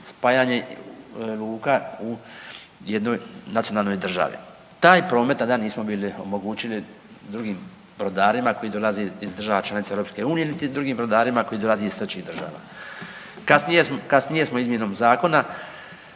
spajanje luka u jednoj nacionalnoj državi. Taj promet tada nismo bili omogućili drugim brodarima koji dolaze iz država članica EU, niti drugim brodarima koji dolaze iz trećih država. Kasnije smo, kasnije smo